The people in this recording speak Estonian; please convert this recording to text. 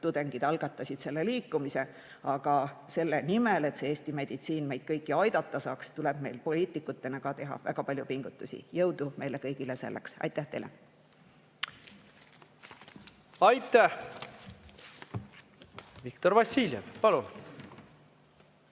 tudengid algatasid selle liikumise. Aga selle nimel, et see Eesti meditsiin meid kõiki aidata saaks, tuleb meil poliitikutena teha ka väga palju pingutusi. Jõudu meile kõigile selleks! Aitäh teile! Tooksin välja kolm